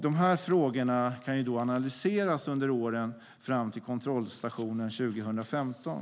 Dessa frågor kan analyseras under åren fram till kontrollstationen 2015.